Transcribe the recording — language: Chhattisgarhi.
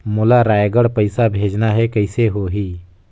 मोला रायगढ़ पइसा भेजना हैं, कइसे होही?